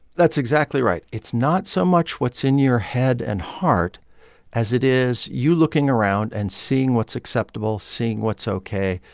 that's exactly right. it's not so much what's in your head and heart as it is you looking around and seeing what's acceptable, seeing what's ok,